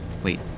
Wait